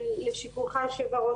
לשיקולך היושב-ראש,